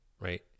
right